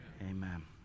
amen